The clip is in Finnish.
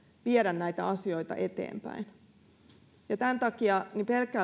viedä näitä asioita eteenpäin tämän takia pelkkä